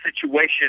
situation